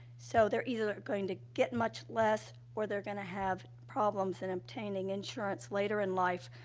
so, they're either going to get much less, or they're going to have problems in obtaining insurance later in life.